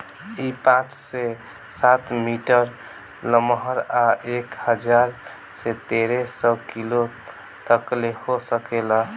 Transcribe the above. इ पाँच से सात मीटर लमहर आ एक हजार से तेरे सौ किलो तकले हो सकेला